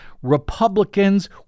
Republicans